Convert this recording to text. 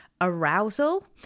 arousal